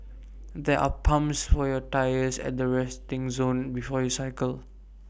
there are pumps for your tyres at the resting zone before you cycle